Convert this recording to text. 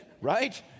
right